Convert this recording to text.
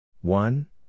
One